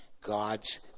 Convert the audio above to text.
God's